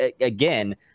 again